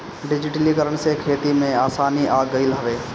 डिजिटलीकरण से खेती में आसानी आ गईल हवे